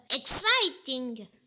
Exciting